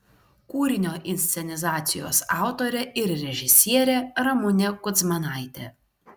kūrinio inscenizacijos autorė ir režisierė ramunė kudzmanaitė